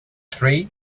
three